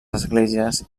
esglésies